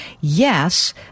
Yes